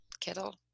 Kettle